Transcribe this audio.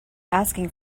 asking